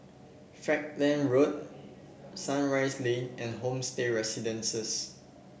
Falkland Road Sunrise Lane and Homestay Residences